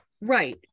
right